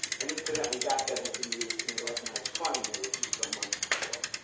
and incidentally, that gun had been used in an organized crime murder just some months before.